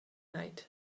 night